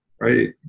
right